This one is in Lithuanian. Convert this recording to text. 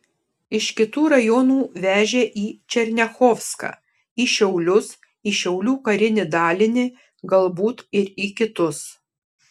iš kitų rajonų vežė į černiachovską į šiaulius į šiaulių karinį dalinį galbūt ir į kitus